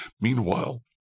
Meanwhile